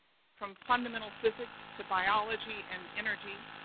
from fundamental physics to biology and energy,